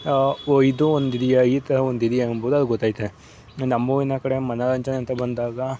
ಓ ಇದು ಒಂದು ಇದೆಯಾ ಈ ಥರ ಒಂದು ಇದೆಯಾ ಎಂಬುದು ಅಲ್ಲಿ ಗೊತ್ತಾಯ್ತದೆ ನಮ್ಮೂರಿನ ಕಡೆ ಮನೋರಂಜನೆ ಅಂತ ಬಂದಾಗ